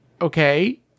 Okay